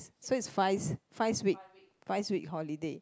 so is fives fives week fives week holiday